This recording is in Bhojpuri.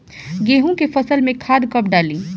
गेहूं के फसल में खाद कब डाली?